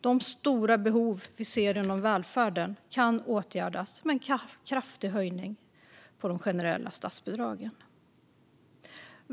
De stora behov vi ser inom välfärden kan åtgärdas med en kraftig höjning av de generella statsbidragen.